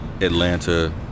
Atlanta